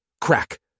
Crack